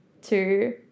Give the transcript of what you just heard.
two